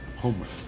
homework